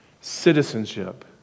citizenship